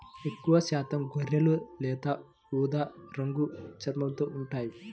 ఎక్కువశాతం గొర్రెలు లేత ఊదా రంగు చర్మంతో ఉంటాయి